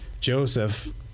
Joseph